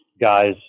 guys